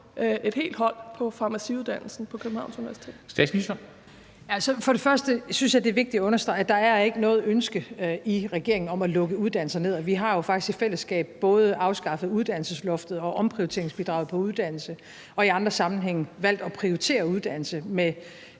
Kl. 13:30 Statsministeren (Mette Frederiksen): Først og fremmest synes jeg, det er vigtigt at understrege, at der ikke er noget ønske i regeringen om at lukke uddannelser ned. Vi har jo faktisk i fællesskab både afskaffet uddannelsesloftet og omprioriteringsbidraget på uddannelse og i andre sammenhænge valgt at prioritere uddannelse med